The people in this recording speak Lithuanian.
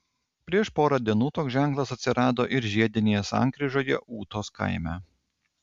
prieš porą dienų toks ženklas atsirado ir žiedinėje sankryžoje ūtos kaime